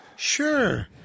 Sure